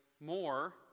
more